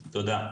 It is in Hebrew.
תודה.